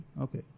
okay